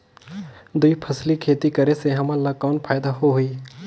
दुई फसली खेती करे से हमन ला कौन फायदा होही?